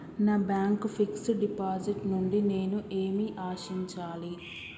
నా bank fixed deposit నుండి నేను ఏమి ఆశించాలి?